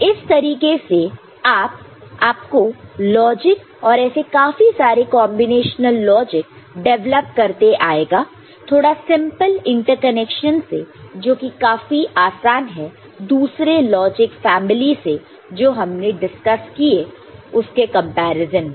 इस तरीके से आपको लॉजिक और ऐसे काफी सारे कांबिनेशनल लॉजिक डिवेलप करते आएगा थोड़े सिंपल इंटरकनेक्शन से जो कि काफी आसान है दूसरे लॉजिक फैमिली से जो हमने डिस्कस किए उसके कंपैरिजन में